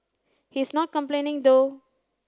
he is not complaining though